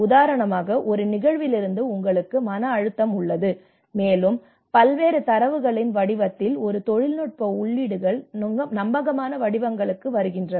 உதாரணமாக ஒரு நிகழ்விலிருந்து உங்களுக்கு மன அழுத்தம் உள்ளது மேலும் பல்வேறு தரவுகளின் வடிவத்தில் ஒரு தொழில்நுட்ப உள்ளீடுகள் நம்பகமான வடிவங்களுக்கு வருகின்றன